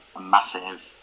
massive